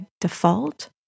default